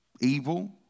evil